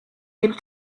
able